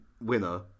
winner